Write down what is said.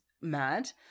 mad